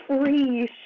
free